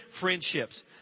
friendships